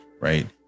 right